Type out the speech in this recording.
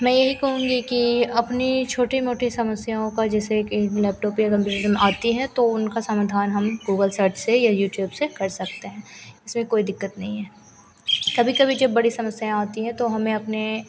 मैं यही कहूँगी कि अपनी छोटी मोटी समस्याओं का जैसे कि लैपटॉप पर आती हैं तो उनका समाधान हम गूगल सर्च से या यूट्यूब से कर सकते हैं इसमें कोई दिक्कत नहीं है कभी कभी जब बड़ी समस्याएँ आती हैं तो हमें अपने